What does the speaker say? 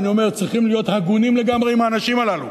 ואני אומר: צריכים להיות הגונים לגמרי עם האנשים הללו.